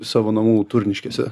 savo namų turniškėse